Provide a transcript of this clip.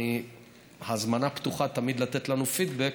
ההזמנה תמיד פתוחה לתת לנו פידבק,